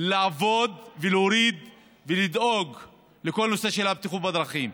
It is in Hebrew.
לעבוד ולהוריד ולדאוג לכל הנושא של הבטיחות בדרכים.